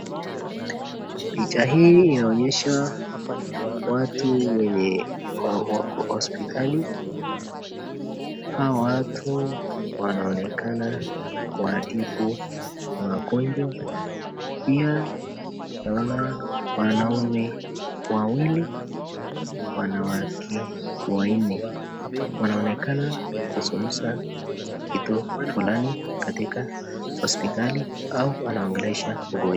Picha hii inaonyesha watu wenye wako hospitali. Hawa watu wanaonekana kuwa kuwatibu magonjwa. Pia naona wanaume wawili, wanawake wanne wanaonekana kuzugumza kitu fulani katika hospitali au wanaongelelesha mgonjwa.